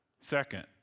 Second